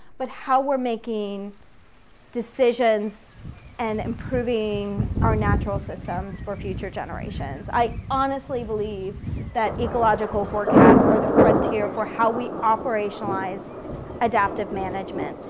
but how we're making decisions and improving our natural systems for future generations. i honestly believe that ecological forecasts are the frontier for how we operationalize adaptive management.